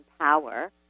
Power